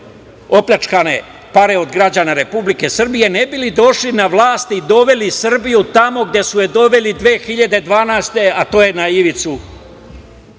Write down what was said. opljačkane pare od građana Republike Srbije, ne bi li došli na vlast i doveli Srbiju tamo gde su je doveli 2012. godine, a to je na ivicu